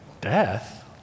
Death